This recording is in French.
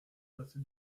passer